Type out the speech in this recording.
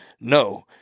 No